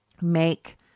make